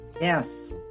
Yes